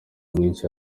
mwinshi